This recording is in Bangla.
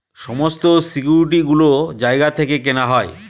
সমস্ত সিকিউরিটি গুলো জায়গা থেকে কেনা হয়